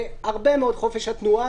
הרבה מאוד פגיעות,